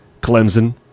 Clemson